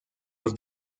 los